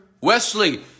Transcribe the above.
Wesley